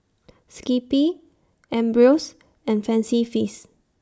Skippy Ambros and Fancy Feast